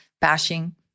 bashing